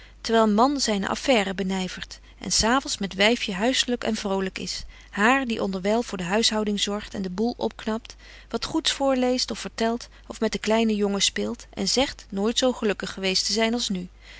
terwyl man zyne affaire benyvert en s avonds met wyfje huisselyk en vrolyk is haar die onderwyl voor de huishouding zorgt en de boêl opgnapt wat goeds voorleest of vertelt of met de kleine jongen speelt en zegt nooit zo gelukkig geweest te zyn als nu